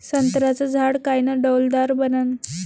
संत्र्याचं झाड कायनं डौलदार बनन?